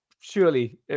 surely